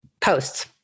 posts